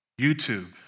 YouTube